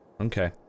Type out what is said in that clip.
Okay